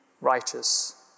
righteous